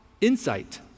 insight